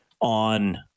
on